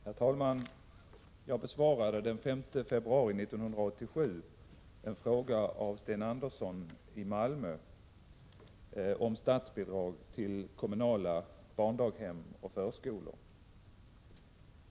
Herr talman! Jag besvarade den 5 februari 1987 en fråga av Sten Andersson i Malmö om statsbidrag till kommunala barndaghem/förskolor.